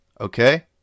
okay